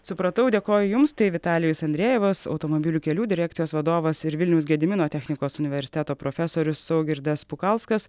supratau dėkoju jums tai vitalijus andrejevas automobilių kelių direkcijos vadovas ir vilniaus gedimino technikos universiteto profesorius saugirdas pukauskas